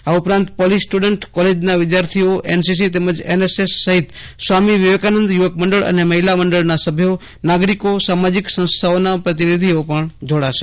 આ ઉપરાંત police student કોલેજના વિદ્યાર્થીઓ એનસીસી તેમજ એનએસએસ સહિત સ્વામી વિવેકાનંદ યુવક મંડળ અને મહિલા મંડળા સભ્યોનાગરિકો સામાજીક સંસ્થાઓના પ્રતિનિધિઓ પણ જોડાશે